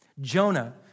Jonah